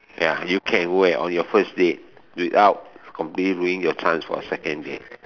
ya you can wear on your first date without completely ruin your chance for a second date